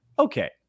Okay